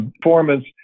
performance